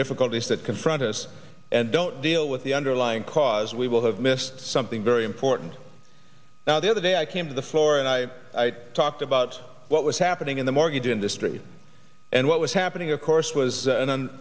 difficulties that confront us and don't deal with the underlying cause we will have missed something very important now the other day i came to the floor and i talked about what was happening in the mortgage industry and what was happening of course was